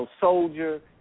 soldier